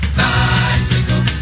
bicycle